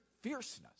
fierceness